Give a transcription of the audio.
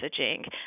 messaging